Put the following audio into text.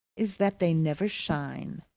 is that they never shine.